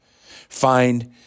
Find